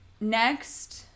Next